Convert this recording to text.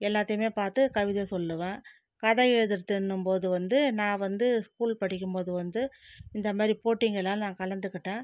எல்லாத்தையுமே பார்த்து கவிதை சொல்வேன் கதை எழுதுவதுன்னும்போது வந்து நான் வந்து ஸ்கூல் படிக்கும்போது வந்து இந்தமாதிரி போட்டிங்கள்லாம் நான் கலந்துக்கிட்டேன்